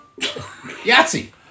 Yahtzee